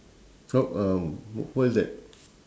so um what is that